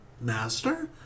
master